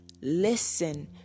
listen